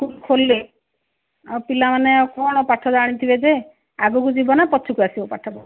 ଖୋଲିଲେ ଆଉ ପିଲାମାନେ ଆଉ କ'ଣ ପାଠ ଜାଣିଥିବେ ଯେ ଆଗକୁ ଯିବ ନା ପଛକୁ ଆସିବ ପାଠ